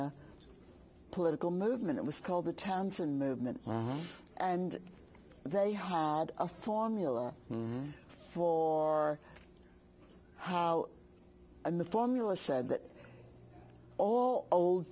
a political movement it was called the townson movement and they had a formula for how and the formula said that all old